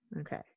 Okay